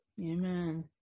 Amen